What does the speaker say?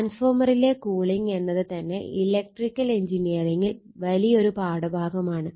ട്രാൻസ്ഫോർമറിലെ cooling എന്നത് തന്നെ electrical എൻജിനീയറിങ്ങിൽ വലിയ ഒരു പാഠഭാഗമാണ്